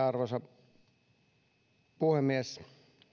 arvoisa puhemies